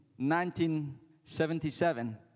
1977